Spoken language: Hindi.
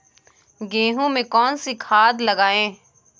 गेहूँ में कौनसी खाद लगाएँ?